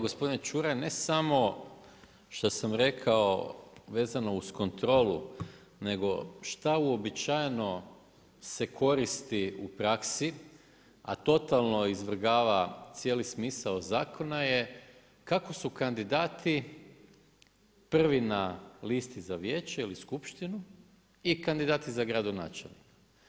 Gospodine Čuraj ne samo šta sam rekao vezano uz kontrolu nego šta uobičajeno se koristi u praksi, a totalno izvrgava cijeli smisao zakona je kako su kandidati prvi na listi za vijeće ili skupštinu i kandidati za gradonačelnika.